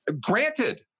granted